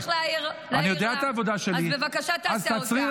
לא, אתה היית צריך להעיר לה, אז בבקשה תעשה אותה.